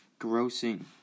grossing